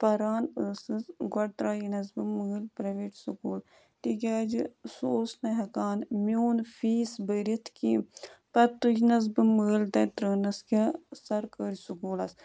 پَران ٲسٕس گۄڈٕ ترٛایے نَس بہٕ مٲلۍ پرٛیٚویٹ سکوٗل تِکیٛازِ سُہ اوس نہٕ ہٮ۪کان میون فیٖس بٔرِتھ کینٛہہ پَتہٕ تُجنَس بہٕ مٲلۍ تَتہِ ترٛٲونَس کیٛاہ سرکٲرۍ سکوٗلَس